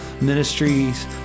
Ministries